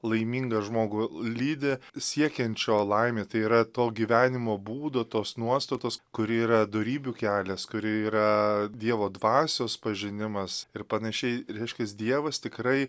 laimingą žmogų lydi siekiančio laimė tai yra to gyvenimo būdų tos nuostatos kuri yra dorybių kelias kuri yra dievo dvasios pažinimas ir panašiai reiškias dievas tikrai